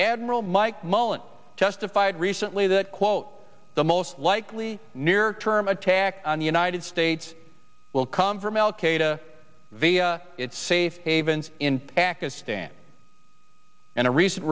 admiral mike mullen testified recently that quote the most likely near term attack on the united states will come from al qaeda safe havens in pakistan and a recent